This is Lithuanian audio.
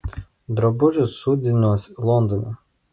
drabužius siūdinuos londone